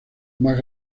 más